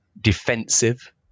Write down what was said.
defensive